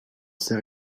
sais